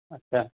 अच्छा